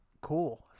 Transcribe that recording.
Cool